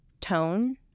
tone